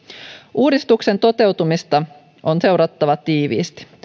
uudistuksen toteutumista on seurattava tiiviisti